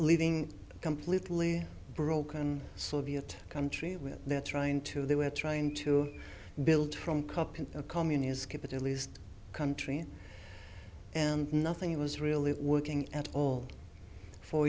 living completely broken soviet country with their trying to they were trying to build from cup in a communist capitalised country and nothing was really working at all for